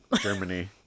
Germany